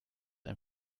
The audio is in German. ein